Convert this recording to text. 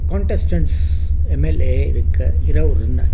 contestants M L A ಇದಕ್ಕೆ ಇರೋವ್ರನ್ನ